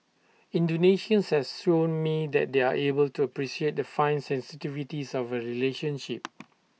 Indonesians has shown me that they are able to appreciate the fine sensitivities of A relationship